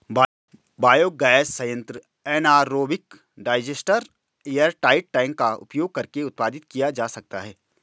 biogas संयंत्र anaerobic digester airtight tank का उपयोग करके उत्पादित किया जा सकता है